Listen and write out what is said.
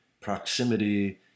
proximity